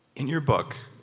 in your book,